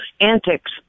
antics